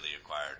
acquired